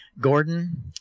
Gordon